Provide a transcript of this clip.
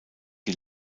die